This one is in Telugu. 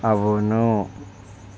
అవును